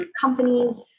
companies